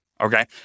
Okay